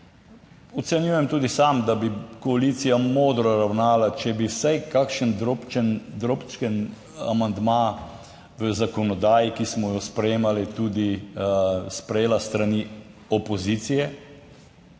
Ocenjujem tudi sam, da bi koalicija modro ravnala, če bi vsaj kakšen drobčkan amandma v zakonodaji, ki smo jo sprejemali tudi sprejela s strani opozicije,